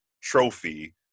trophy